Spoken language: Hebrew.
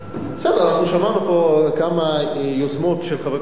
בסדר, שמענו פה כמה יוזמות פרטיות של חברי כנסת.